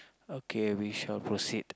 okay we shall proceed